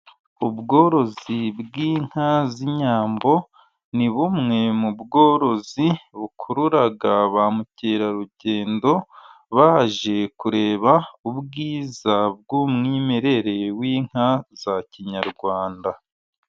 Ubworozi bw'inka z'inyambo, ni bumwe mu bworozi bukurura ba mukerarugendo, baje kureba ubwiza bw'umwimerere w'inka za kinyarwanda.